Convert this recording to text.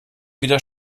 wieder